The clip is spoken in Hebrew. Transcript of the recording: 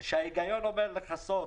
ההיגיון אומר לכסות,